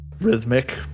rhythmic